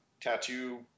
tattoo